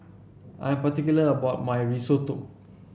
I am particular about my Risotto